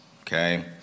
okay